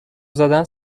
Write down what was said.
زدن